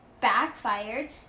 backfired